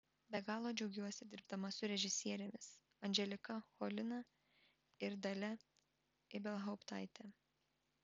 be galo džiaugiuosi dirbdama su režisierėmis anželika cholina ir dalia ibelhauptaite